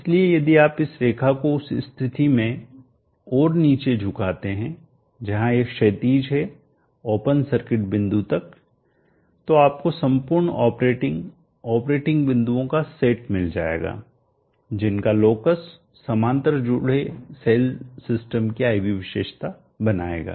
इसलिए यदि आप इस रेखा को उस स्थिति में और नीचे झुकाते हैं जहां यह क्षैतिज है ओपन सर्किट बिंदु तक तो आपको संपूर्ण ऑपरेटिंग ऑपरेटिंग बिंदुओं का सेट मिल जाएगा जिनका लोकस समांतर जुड़े सेल सिस्टम की I V विशेषता बनाएगा